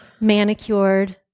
manicured